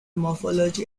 morphology